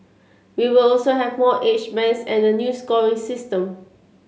we will also have more age bands and a new scoring system